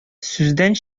сүздән